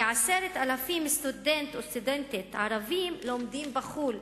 כ-10,000 סטודנטים וסטודנטיות ערבים לומדים בחו"ל,